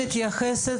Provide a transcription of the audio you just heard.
מיוחד.